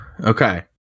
okay